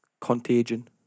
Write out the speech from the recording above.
contagion